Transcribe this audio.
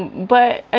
and but,